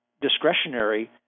discretionary